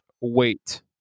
wait